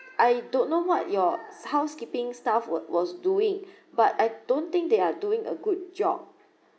I don't know what your housekeeping staff were was doing but I don't think they are doing a good job